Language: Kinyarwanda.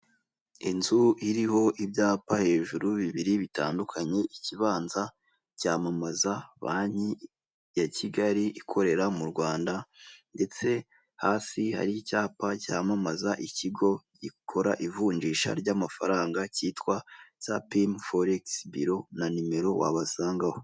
Inzu iriho ibyapa hejuru bibiri bitandukanye ikibanza cyamamaza banki ya Kigali ikorera mu Rwanda ndetse hasi hari icyapa cyamamaza ikigo gikora ivunjisha ry'amafaranga cyitwa sapimu foregisi biro na nimero wabasangaho.